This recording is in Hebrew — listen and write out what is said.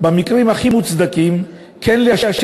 עד עכשיו היה הגיל 17,